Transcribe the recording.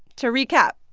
to recap,